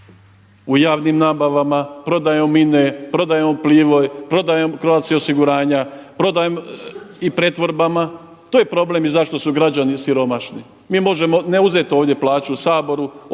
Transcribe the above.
u javnim nabavama, prodajom INA-e, prodajom Croatia osiguranja, prodajom i pretvorbama. To je problem i zašto su građani siromašni. Mi možemo ne uzeti ovdje plaću u Saboru opet